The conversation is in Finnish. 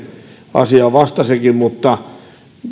asiaan vastasikin